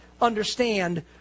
understand